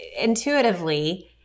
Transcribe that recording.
intuitively